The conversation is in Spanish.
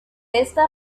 esta